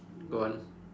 go on